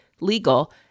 legal